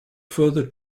further